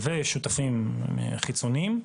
שותפים חיצוניים,